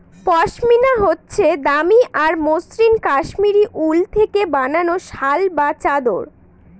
পশমিনা হচ্ছে দামি আর মসৃণ কাশ্মীরি উল থেকে বানানো শাল বা চাদর